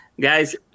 Guys